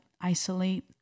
isolate